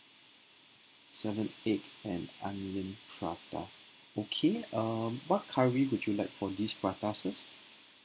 seven egg and onion prata okay um what curry would you like for these pratas